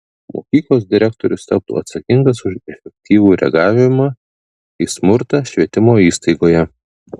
mokyklos direktorius taptų atsakingas už efektyvų reagavimą į smurtą švietimo įstaigoje